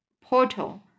portal